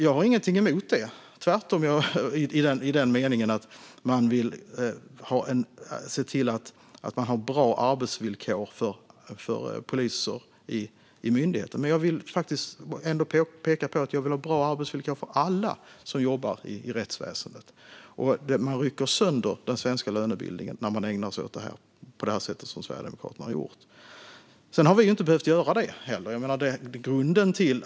Jag har inget emot detta i den mening att man vill se till att poliser har bra arbetsvillkor i myndigheten, tvärtom. Men jag vill ändå peka på att jag vill ha bra arbetsvillkor för alla som jobbar i rättsväsendet. Man rycker sönder den svenska lönebildningen när man ägnar sig åt detta på det sätt som Sverigedemokraterna har gjort. Vi har inte heller behövt göra det.